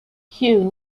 hugh